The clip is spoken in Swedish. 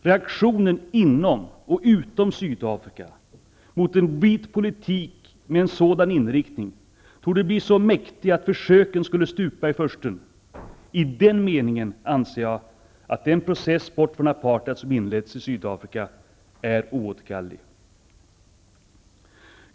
Reaktionen inom och utom Sydafrika mot en vit politik med en sådan inriktning torde bli så mäktig att försöken skulle stupa i farstun. I den meningen anser jag att den process bort från apartheid som inletts i Sydafrika är oåterkallelig.